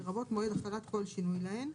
לרבות מועד החלת כל שינוי להן,